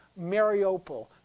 Mariupol